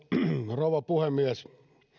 rouva puhemies